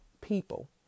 people